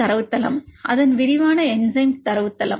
தரவுத்தளம் அதன் விரிவான என்சைம் தரவுத்தளம்